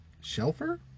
shelfer